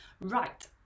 Right